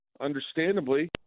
understandably